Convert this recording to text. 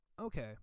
Okay